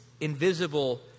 invisible